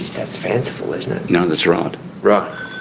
that's fanciful, isn't it. no, that's right. right. okay,